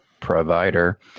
provider